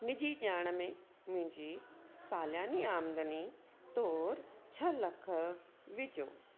निजी ॼाण में मुंहिंजी सालानी आमदनी तौरु छह लखु विझो